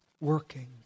working